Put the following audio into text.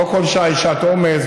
לא כל שעה היא שעת עומס,